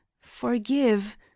forgive